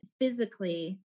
physically